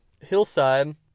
hillside